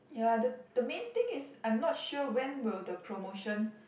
ya the the main thing is I'm not sure when will the promotion